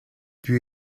lui